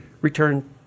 return